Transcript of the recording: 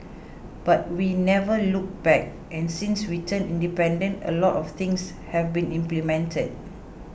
but we never looked back and since we turned independent a lot of things have been implemented